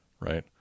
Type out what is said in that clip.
right